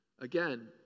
Again